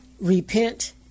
repent